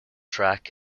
track